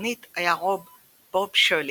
והקברניט היה רוברט "בוב" שירלי,